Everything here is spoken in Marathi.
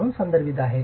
म्हणून संदर्भित आहे